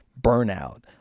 burnout